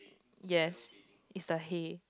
yes is the head